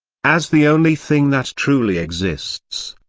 as the only thing that truly exists,